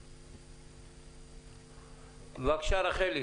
בבקשה, רחלי.